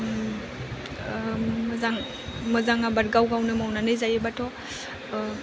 मोजां मोजां आबाद गाव गावनो मावनानै जायोबाथ'